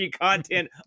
content